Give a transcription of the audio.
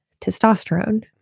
testosterone